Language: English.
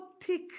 thick